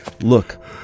Look